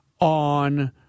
on